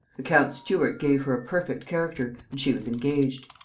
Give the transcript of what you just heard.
the count's steward gave her a perfect character, and she was engaged.